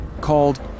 Called